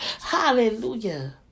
Hallelujah